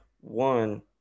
one